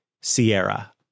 Sierra